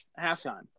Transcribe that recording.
halftime